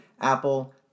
Apple